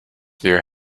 beer